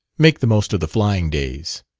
make the most of the flying days.